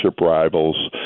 rivals